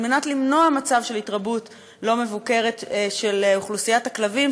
על מנת למנוע מצב של התרבות לא מבוקרת של אוכלוסיית הכלבים,